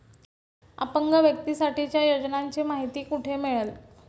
अपंग व्यक्तीसाठीच्या योजनांची माहिती कुठे मिळेल?